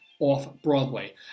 off-Broadway